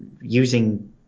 using